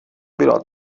byla